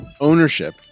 ownership